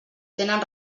tenen